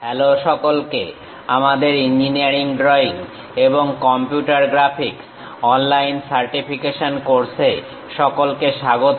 hello সকলকে আমাদের engineering drawing এবং computer graphics online certification course এ সকলকে স্বাগত